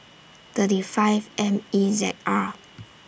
thirty five M E Z R